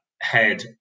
head